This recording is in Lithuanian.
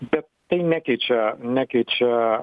bet tai nekeičia nekeičia